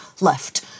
left